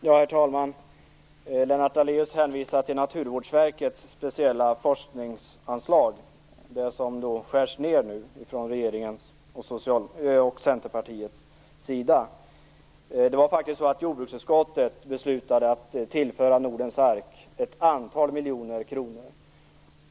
Herr talman! Lennart Daléus hänvisar till Naturvårdsverkets speciella forskningsanslag som nu skärs ned från regeringens och Centerpartiets sida. Jordbruksutskottet beslutade faktiskt att tillföra Nordens Ark ett antal miljoner kronor.